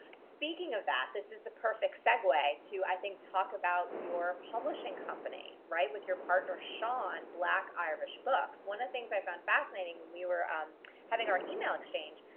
speaking of that, this is the perfect segway to i think talking about your publishing company. right? with your partner sean, black irish books. one of the things i found fascinating when we were um having our email exchange,